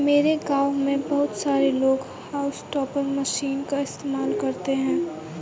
मेरे गांव में बहुत सारे लोग हाउस टॉपर मशीन का इस्तेमाल करते हैं